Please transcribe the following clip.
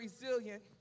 resilient